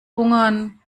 hungern